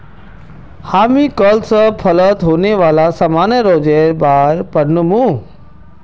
हामी कल स फलत होने वाला सामान्य रोगेर बार पढ़ मु